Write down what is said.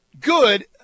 Good